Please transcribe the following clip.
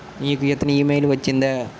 నీకు ఇతని ఇమెయిల్ వచ్చిందా